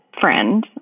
friend